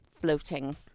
floating